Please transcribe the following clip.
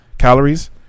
calories